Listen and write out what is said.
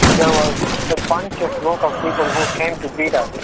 there was a bunch of local people who came to beat us.